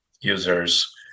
users